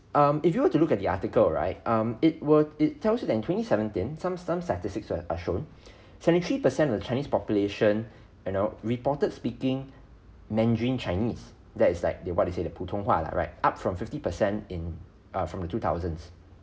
um if you were to look at the article right um it will it tells you that in twenty seventeen some some statistics are shown seventy three percent of the chinese population you know reported speaking mandarin chinese that is like the what they say the 普通话 lah right up from fifty percent in from the two thousands